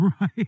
right